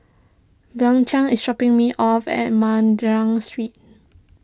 Bianca is shopping me off at Madras Street